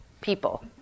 people